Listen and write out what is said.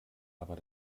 aber